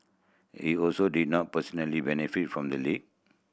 he also did not personally benefit from the leak